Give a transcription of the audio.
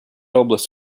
область